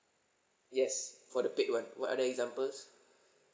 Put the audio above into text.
yes for the paid one what other examples